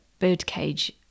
birdcage